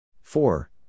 four